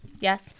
Yes